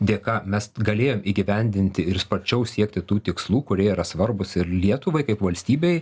dėka mes galėjom įgyvendinti ir sparčiau siekti tų tikslų kurie yra svarbūs ir lietuvai kaip valstybei